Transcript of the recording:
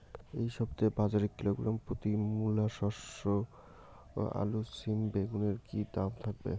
এই সপ্তাহে বাজারে কিলোগ্রাম প্রতি মূলা শসা আলু সিম বেগুনের কী দাম থাকবে?